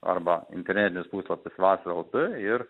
arba internetinis puslapis vasa lt ir